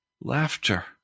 laughter